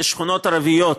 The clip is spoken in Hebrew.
יש שכונות ערביות בירושלים,